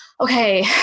okay